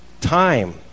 time